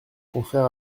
contraire